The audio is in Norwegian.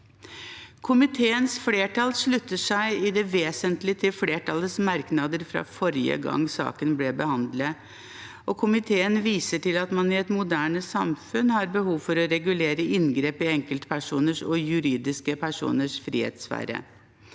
Komiteens flertall slutter seg i det vesentlige til flertallets merknader fra forrige gang saken ble behandlet, og komiteen viser til at man i et moderne samfunn har behov for å regulere inngrep i enkeltpersoners og juridiske personers frihetssfære,